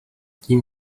tím